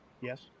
Yes